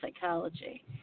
psychology